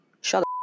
shut